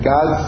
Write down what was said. God